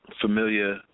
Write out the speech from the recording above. familiar